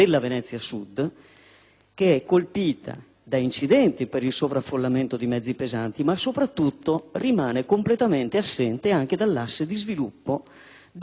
che è colpita da incidenti per il sovraffollamento di mezzi pesanti, ma soprattutto rimane completamente assente dall'asse di sviluppo della infrastrutturazione.